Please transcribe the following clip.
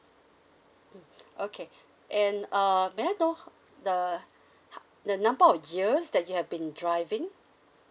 mm okay and uh may I know the ha~ the number of years that you have been driving